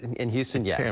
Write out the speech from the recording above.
in houston, yeah